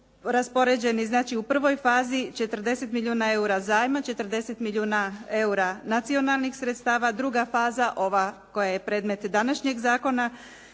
u prvoj fazi 40 milijuna eura zajma, 40 milijuna eura nacionalnih sredstava, druga faza ova koja je predmet današnjeg zakona